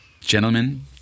gentlemen